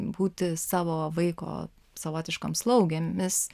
būti savo vaiko savotiškom slaugėmis